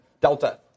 delta